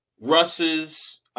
Russ's